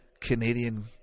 Canadian